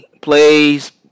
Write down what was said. plays